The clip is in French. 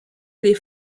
les